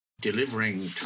delivering